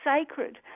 sacred